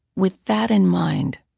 with that in mind,